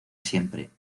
siempre